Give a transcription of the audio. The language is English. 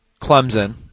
Clemson